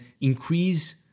increase